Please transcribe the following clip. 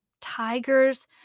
Tigers